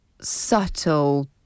subtle